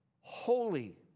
holy